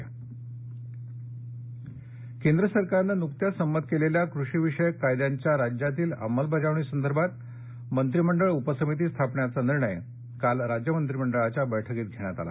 राज्य मंत्रीमंडळ केंद्र सरकारने नुकत्याच संमत केलेल्या कृषिविषयक कायद्यांच्या राज्यातील अंमलबजावणी संदर्भात मंत्रिमंडळ उपसमिती स्थापण्याचा निर्णय काल राज्य मंत्रिमंडळाच्या बैठकीत घेण्यात आला